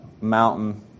mountain